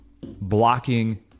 blocking